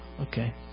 Okay